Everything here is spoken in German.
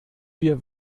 wir